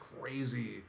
crazy